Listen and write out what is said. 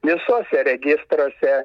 visuose registruose